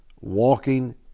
walking